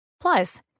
Plus